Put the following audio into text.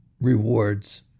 rewards